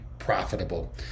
profitable